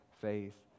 faith